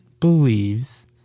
believes